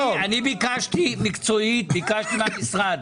מקצועית תשובה מהמשרד.